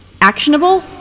Actionable